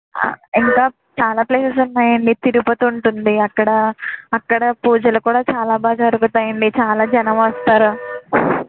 ఇంకా చాలా ప్లేసస్ ఉన్నాయండి తిరుపతి ఉంటుంది అక్కడ అక్కడ పూజలు కూడా చాలా బాగా జరుగుతాయండి చాలా జనం వస్తారు